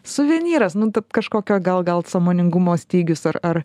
suvenyras nu kažkokio gal gal sąmoningumo stygius ar ar